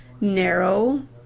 narrow